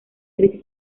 crisis